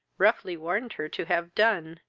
roughly warned her to have done,